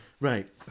right